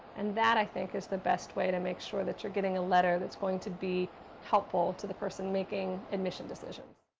and that, i think, is the best way to make sure that you're getting a letter that's going to be helpful to the person making admission decisions.